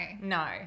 No